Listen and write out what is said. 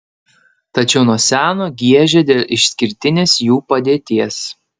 tačiau nuo seno giežė dėl išskirtinės jų padėties